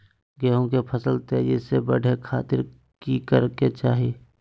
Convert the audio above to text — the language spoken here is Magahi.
गेहूं के फसल तेजी से बढ़े खातिर की करके चाहि?